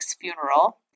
funeral